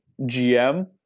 GM